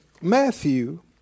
Matthew